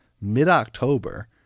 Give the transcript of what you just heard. mid-October